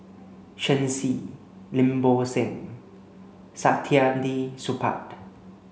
Shen Xi Lim Bo Seng Saktiandi Supaat